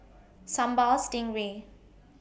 Sambal Stingray